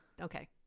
okay